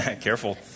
Careful